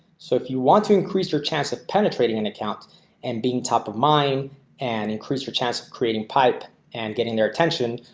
so if you want to increase your chance of penetrating an account and being top of mind and increase your chance of creating pipe and gett ing their attention,